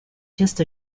just